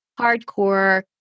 hardcore